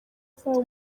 zabo